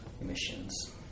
emissions